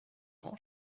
rend